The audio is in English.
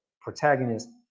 protagonist